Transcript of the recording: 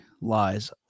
Lies